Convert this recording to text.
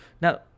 Now